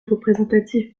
représentatif